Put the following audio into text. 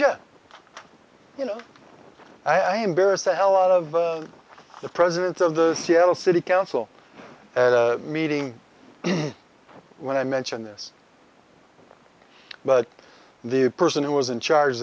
you you know i am bears the hell out of the president of the seattle city council meeting when i mentioned this but the person who was in charge